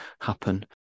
happen